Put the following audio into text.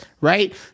right